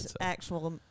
actual